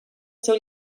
seu